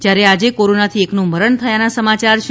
જ્યારે આજે કોરોનાથી એકનું મરણ થયાના સમાચાર છે